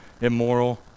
immoral